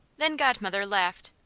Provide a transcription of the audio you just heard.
then godmother laughed.